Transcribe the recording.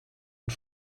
und